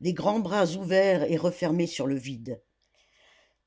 des grands bras ouverts et refermés sur le vide